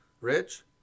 Rich